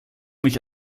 mich